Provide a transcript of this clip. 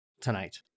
tonight